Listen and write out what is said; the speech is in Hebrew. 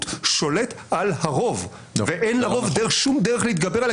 שולט על הרוב ואין לרוב שום דרך להתגבר עליה,